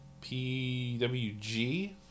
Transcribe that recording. PWG